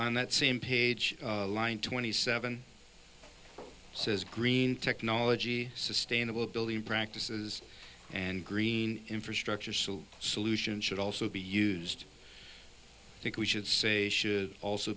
on that same page line twenty seven says green technology sustainable building practices and green infrastructure so solution should also be used think we should say should also